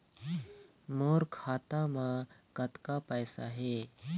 मोर खाता म कतक पैसा हे?